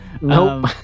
Nope